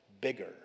bigger